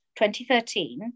2013